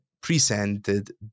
presented